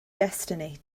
destiny